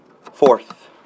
Fourth